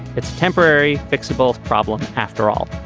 it's temporary fixable problem after all